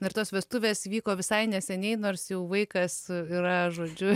dar tos vestuvės vyko visai neseniai nors jau vaikas yra žodžiu